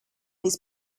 his